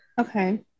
okay